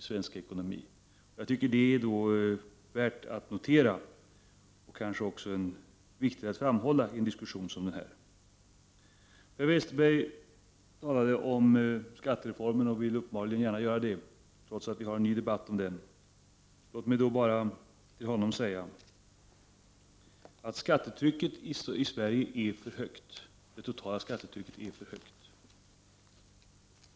Jag tycker att det är värt att notera och kanske viktigt att framhålla i en diskussion som den här. Per Westerberg talade om skattereformen och ville uppenbarligen gärna göra det, trots att vi skall ha en annan debatt om den. Låt mig till honom bara säga att det totala skattetrycket i Sverige är för högt.